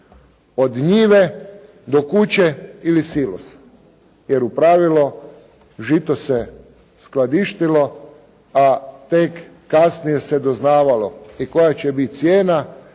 od njive do kuće ili silosa, jer u pravilu žito se skladištilo a tek kasnije se doznavalo i koja će biti cijena